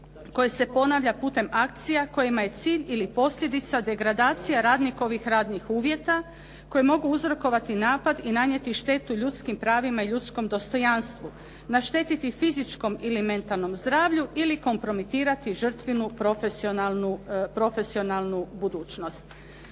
koje se ponavlja putem akcija kojima je cilj ili posljedica degradacija radnikovih radnih uvjeta koji mogu uzrokovati napad i nanijeti štetu ljudskim pravima i ljudskom dostojanstvu, naštetiti fizičkom ili mentalnom zdravlju ili kompromitirati žrtvinu profesionalnu budućnost.